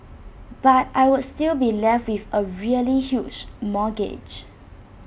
but I would still be left with A really huge mortgage